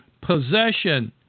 possession